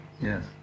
Yes